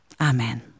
Amen